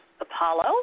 Apollo